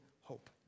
hope